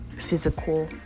physical